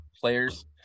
players